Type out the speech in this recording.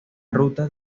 ruta